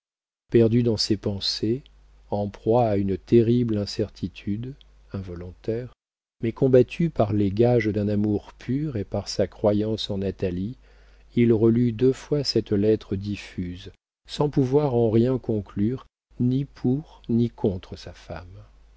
perdu dans ses pensées en proie à une terrible incertitude involontaire mais combattue par les gages d'un amour pur et par sa croyance en natalie il relut deux fois cette lettre diffuse sans pouvoir en rien conclure ni pour ni contre sa femme